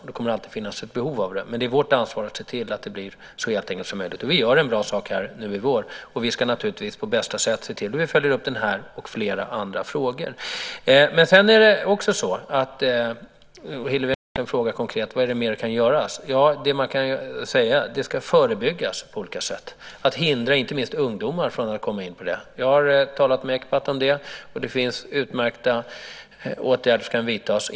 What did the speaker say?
Det kommer alltid att finnas ett behov av det. Men det är vårt ansvar att se till att den blir så heltäckande som möjligt. Vi gör en bra sak nu i vår. Vi ska naturligtvis på bästa sätt se till att följa upp denna och flera andra frågor. Hillevi Engström frågade också vad mer som konkret kan göras. Det man kan säga är att detta ska förebyggas på olika sätt. Vi måste hindra inte minst ungdomar att komma in på detta. Jag har talat med ECPAT om det, och det finns utmärkta åtgärder som kan vidtas.